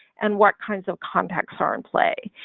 and what kinds of contacts are in play?